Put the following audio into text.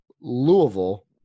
Louisville